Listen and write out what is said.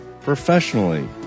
professionally